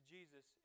Jesus